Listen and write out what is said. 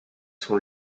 sont